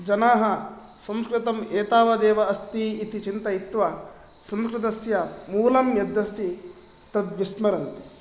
जनाः संस्कृतम् एतावदेव अस्ति इति चिन्तयित्वा संस्कृतस्य मूलं यदस्ति तद् विस्मरन्ति